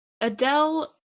Adele